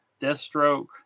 Deathstroke